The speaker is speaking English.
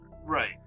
Right